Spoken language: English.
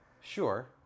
Sure